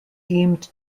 deemed